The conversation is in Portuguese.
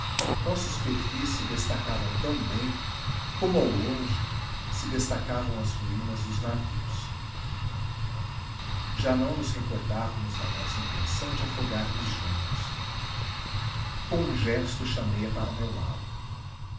nossos perfis se destacavam tão bem como ao longe se destacavam as ruínas dos navios já nos não recordávamos da nossa intenção de afogar nos juntos com um gesto chamei a para meu lado